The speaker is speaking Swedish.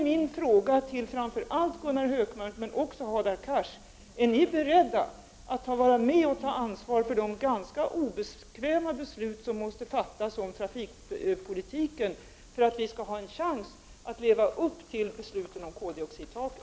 Min fråga till framför allt Gunnar Hökmark, men också till Hadar Cars, är därför om ni är beredda att vara med och ta ansvar för de ganska obekväma beslut som måste fattas när det gäller trafikpolitiken, för att vi skall ha en chans att leva upp till besluten om koldioxidtaket.